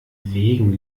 wegen